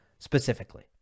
Specifically